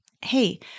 Hey